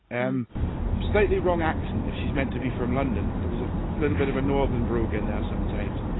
and slightly wrong accent if she's meant to be from london, there was a little bit of a northern brogue in there sometimes.